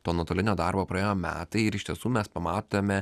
to nuotolinio darbo praėjo metai ir iš tiesų mes pamatome